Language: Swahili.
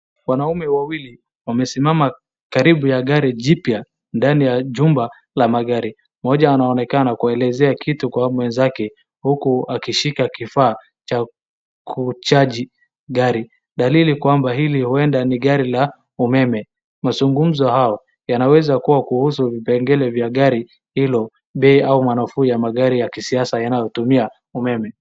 Wanaume wawili wamesimama karibu na gari jipya, ndani ya jumba, la magari. Mmoja anaonekana kuelezea kitu, kwa huyo mwenzake huku akishika kifaa cha kuchaji gari. Ndio lili kwamba hili huenda ni gari la umeme. Mazungumzo hayo yanaweza kuwa kuhusu vipengele vya gari hilo, bei ama manafuu ya gari ya kisasa yanayotumia umeme.